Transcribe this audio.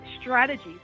strategies